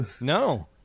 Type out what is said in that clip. No